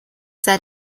set